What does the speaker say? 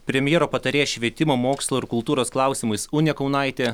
premjero patarėja švietimo mokslo ir kultūros klausimais unė kaunaitė